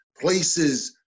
places